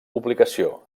publicació